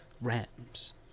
rams